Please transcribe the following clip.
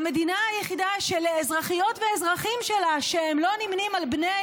המדינה היחידה שלאזרחיות ואזרחים שלה שלא נמנים עם בני